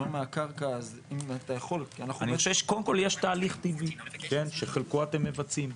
כי קודם יש תהליך טבעי שחלקו אתם מבצעים.